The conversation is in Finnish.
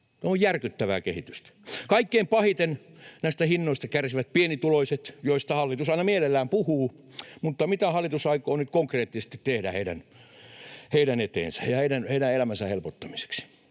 On järkyttävää kehitystä. Kaikkein pahiten näistä hinnoista kärsivät pienituloiset, joista hallitus aina mielellään puhuu, mutta mitä hallitus aikoo nyt konkreettisesti tehdä heidän eteensä ja heidän elämänsä helpottamiseksi?